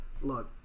look